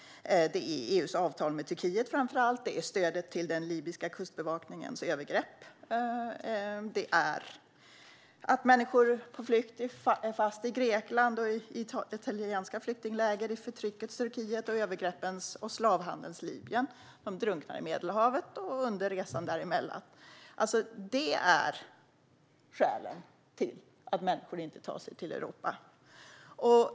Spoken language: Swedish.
Det beror framför allt på EU:s avtal med Turkiet. Det beror på stödet till den libyska kustbevakningens övergrepp. Det beror på att människor på flykt är fast i Grekland, i italienska flyktingläger, i förtryckets Turkiet och i övergreppens och slavhandelns Libyen. Det beror på att människor drunknar i Medelhavet under resan. Det är det som är orsakerna till att människor inte tar sig till Europa.